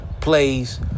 plays